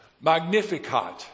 Magnificat